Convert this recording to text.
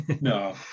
No